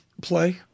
play